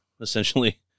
essentially